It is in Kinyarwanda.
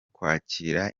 kwakira